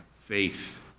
faith